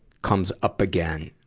comes up again,